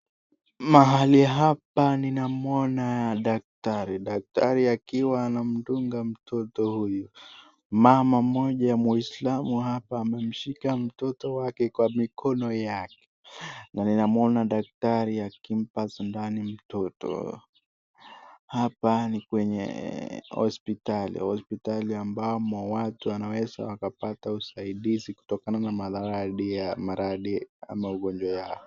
Mahali hapa ninamwona daktari, daktari akiwa anamdunga mtoto huyu, mama mmoja mwislamu hapa amemshika mtoto wake kwa mikono yake ,ninamwona daktari akimpa sindano mtoto. Hapa ni kwenye hosiptali, hosiptali ambamo watu wanaweza wakapata usaidizi kutokana na madhara ya maradhi ama ugonjwa yao.